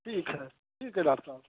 ठीक है ठीक है डॉक्टर साहब